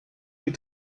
sie